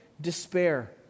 despair